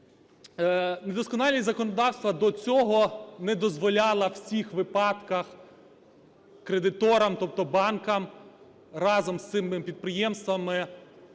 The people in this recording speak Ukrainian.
Недосконалість законодавства, до цього, не дозволяла в цих випадках кредиторам, тобто банкам, разом з цими підприємствами